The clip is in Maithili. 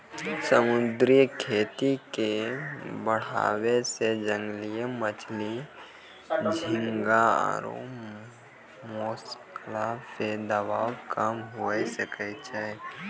समुद्री खेती के बढ़ाबै से जंगली मछली, झींगा आरु मोलस्क पे दबाब कम हुये सकै छै